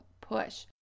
push